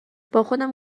باخودم